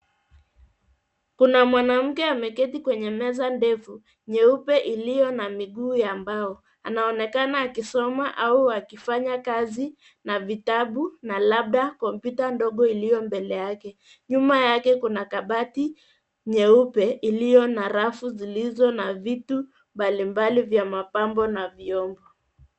Kuna mwanamke ameketi kwenye meza ndefu, nyeupe iliyo na miguu ya mbao. Anaonekana akisoma au akifanya kazi na vitabu na labda kompyuta ndogo iliyo mbele yake. Nyuma yake kuna kabati nyeupe iliyo na rafu zilizo na vitu mbalimbali vya mapambo na vyombo.